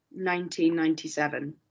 1997